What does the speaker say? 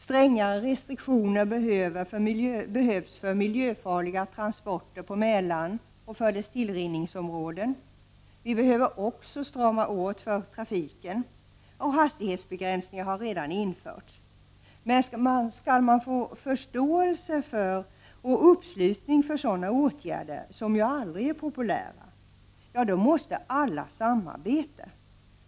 Strängare restriktioner behövs för miljöfarliga transporter på Mälaren och för dess tillrinningsområden. Vi behöver också strama åt för trafiken — hastighetsbegränsningar har redan införts. Men skall man få förståelse och uppslutning för sådana åtgärder, som ju aldrig är populära, måste alla samarbeta.